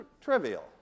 trivial